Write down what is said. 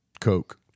Coke